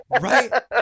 Right